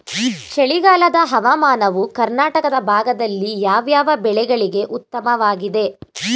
ಚಳಿಗಾಲದ ಹವಾಮಾನವು ಕರ್ನಾಟಕದ ಭಾಗದಲ್ಲಿ ಯಾವ್ಯಾವ ಬೆಳೆಗಳಿಗೆ ಉತ್ತಮವಾಗಿದೆ?